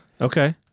Okay